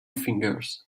fingers